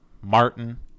Martin